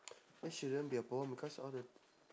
why shouldn't be a problem because all the